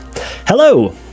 Hello